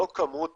לא כמות